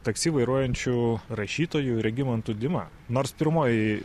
taksi vairuojančiu rašytoju regimantu dima nors pirmoji